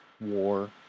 war